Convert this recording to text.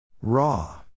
Raw